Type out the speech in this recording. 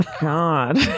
god